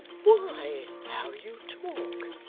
why, how you talk!